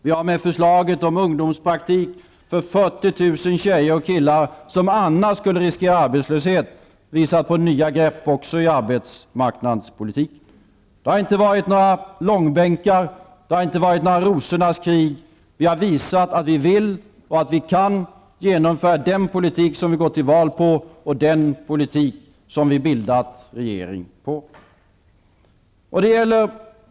Vi har med förslaget om ungdomspraktik för 40 000 tjejer och killar som annars skulle riskera arbetslöshet visat på nya grepp också i arbetsmarknadspolitiken. Det har inte varit några långbänkar eller rosornas krig. Vi har visat att vi vill och att vi kan genomföra den politik som vi har gått till val på och den politik som vi har bildat regering på. Fru talman!